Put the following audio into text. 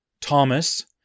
Thomas